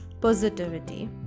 positivity